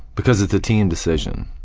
because it's a team decision.